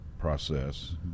process